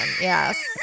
Yes